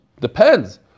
depends